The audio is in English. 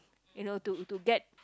you know to to get